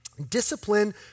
Discipline